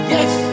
Yes